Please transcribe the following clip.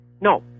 No